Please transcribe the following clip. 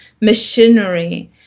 machinery